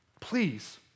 Please